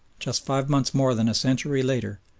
just five months more than a century later,